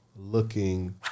looking